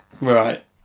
right